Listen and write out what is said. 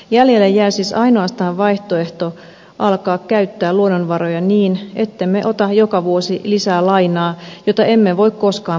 jäljelle jää siis ainoastaan vaihtoehto alkaa käyttää luonnonvaroja niin ettemme ota joka vuosi lisää lainaa jota emme voi koskaan maksaa takaisin